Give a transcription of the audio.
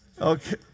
Okay